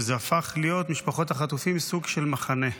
שזה הפך להיות משפחות החטופים, סוג של מחנה,